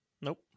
Nope